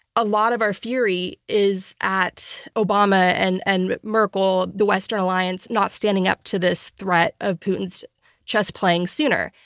a lot of our fury is at obama and and merkel, the western alliance, not standing up to this threat of putin's chess-playing sooner.